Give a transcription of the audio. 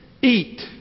Eat